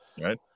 Right